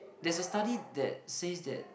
there's a study that says that